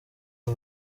y’u